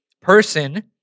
Person